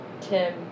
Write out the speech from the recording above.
Tim